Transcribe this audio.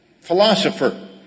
philosopher